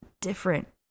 different